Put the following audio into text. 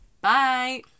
Bye